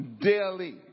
Daily